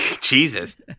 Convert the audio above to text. Jesus